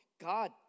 God